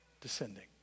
descending